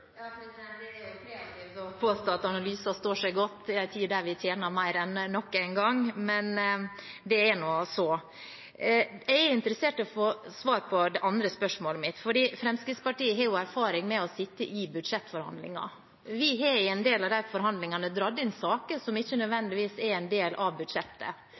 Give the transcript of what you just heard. Det er jo kreativt å påstå at analysen står seg godt i en tid der vi tjener mer enn noen gang, men det er nå så. Jeg er interessert i å få svar på det andre spørsmålet mitt. Fremskrittspartiet har jo erfaring med å sitte i budsjettforhandlinger. Vi har i en del av de forhandlingene dratt inn saker som ikke nødvendigvis er en del av budsjettet.